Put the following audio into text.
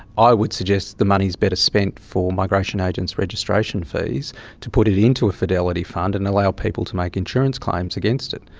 i would suggest that the money is better spent for migration agents' registration fees to put it into a fidelity fund and allow people to make insurance claims against it.